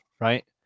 right